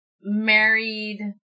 married